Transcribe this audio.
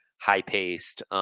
high-paced